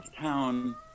town